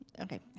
Okay